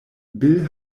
bil